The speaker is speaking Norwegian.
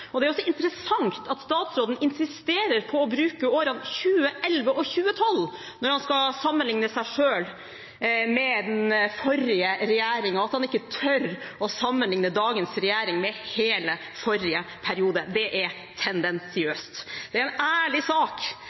pst. Det er også interessant at statsråden insisterer på å bruke årene 2011 og 2012 når han skal sammenligne med den forrige regjeringen, og at han ikke tør å sammenligne perioden under dagens regjering med hele forrige periode. Det er tendensiøst. Det er en ærlig sak